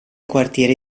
quartiere